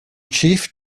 chief